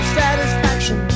satisfaction